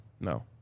No